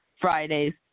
Friday's